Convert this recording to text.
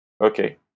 Okay